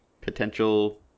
potential